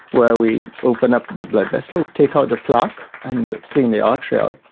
where we open up the blood vessel, take out the plaque and clean the artery out.